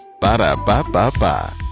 Ba-da-ba-ba-ba